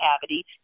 cavity